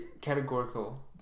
categorical